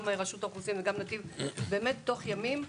גם רשות האוכלוסין ונתיב תוך ימים.